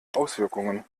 auswirkungen